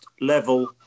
level